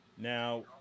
Now